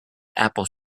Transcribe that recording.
apple